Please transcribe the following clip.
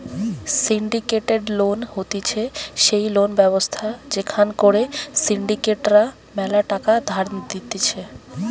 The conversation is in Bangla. সিন্ডিকেটেড লোন হতিছে সেই লোন ব্যবস্থা যেখান করে সিন্ডিকেট রা ম্যালা টাকা ধার দিতেছে